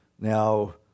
now